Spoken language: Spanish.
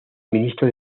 ministro